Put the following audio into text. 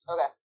Okay